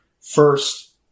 first